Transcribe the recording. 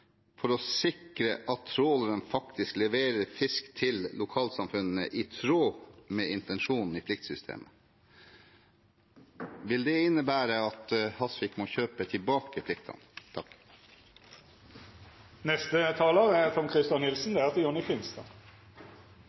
å sikre at disse trålerne faktisk leverer fisk til lokalsamfunnene i tråd med intensjonen i pliktsystemet». Vil det innebære at Hasvik må kjøpe tilbake pliktene?